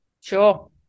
sure